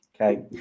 Okay